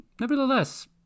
Nevertheless